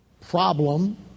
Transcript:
problem